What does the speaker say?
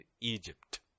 Egypt